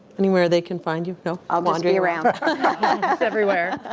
anywhere they can find you? no. i'm wandering around everywhere.